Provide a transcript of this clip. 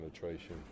penetration